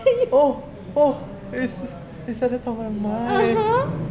oh oh it's at the top of my mind